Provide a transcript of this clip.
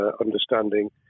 understanding